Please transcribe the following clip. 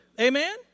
Amen